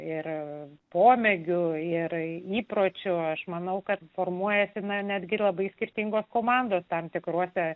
ir pomėgių ir erai įpročių aš manau kad formuojasi ne netgi labai skirtingos komandos tam tikruose